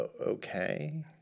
Okay